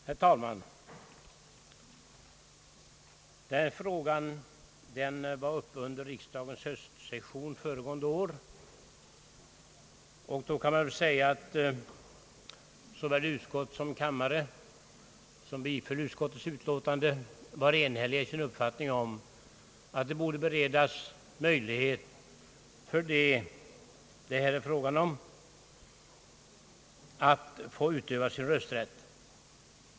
Herr talman! Denna fråga var uppe till behandling under riksdagens höstsession förra året. Då var såväl utskottet som kamrarna, vilka biföll utskottets förslag, enhälliga i sin uppfattning att de på fångvårdsanstalter intagna borde beredas möjlighet att få utöva sin rösträtt.